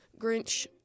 Grinch